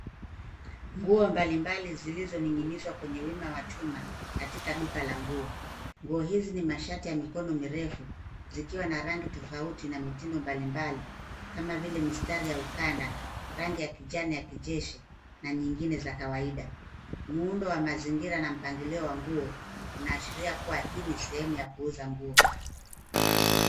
Nguo mbalimbali zilizoning'inizwa kwenye wima wa chuma katika duka la nguo. Nguo hizi ni mashati ya mikono mirefu zikiwa na rangi tofauti na mitindo mbalimbali kama vile mistari ya ukanda, rangi ya kijani ya kijeshi na nyingine za kawaida. Muundo wa mazingira na mpangilio wa nguo unaashiria kuwa hii ni sehemu ya kuuza nguo.